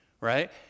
right